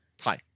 hi